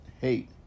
hate